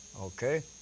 okay